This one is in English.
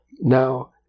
Now